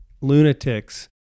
lunatics